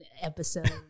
episode